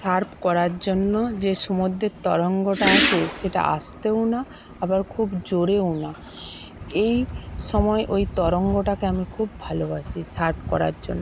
Surf করার জন্য যে সমুদ্রের তরঙ্গটা আসে সেটা আস্তেও না আবার খুব জোরেও না এই সময় ওই তরঙ্গটাকে আমি খুব ভালোবাসি সার্ফ করার জন্য